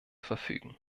verfügen